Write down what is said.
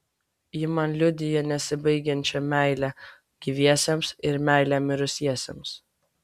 ji man liudija nesibaigiančią meilę gyviesiems ir meilę mirusiesiems